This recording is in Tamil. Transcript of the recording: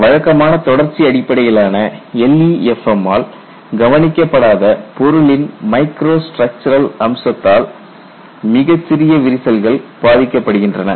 வழக்கமான தொடர்ச்சி அடிப்படையிலான LEFM ஆல் கவனிக்கப்படாத பொருளின் மைக்ரோ ஸ்டிரக்டுரல் அம்சத்தால் மிகச் சிறிய விரிசல்கள் பாதிக்கப்படுகின்றன